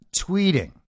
tweeting